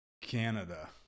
Canada